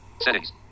Settings